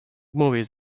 movies